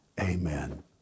Amen